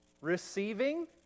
receiving